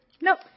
Nope